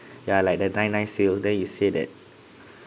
ya like the nine nine sale then you said that